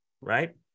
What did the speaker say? right